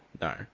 No